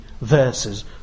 verses